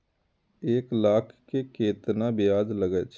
एक लाख के केतना ब्याज लगे छै?